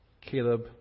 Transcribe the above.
Caleb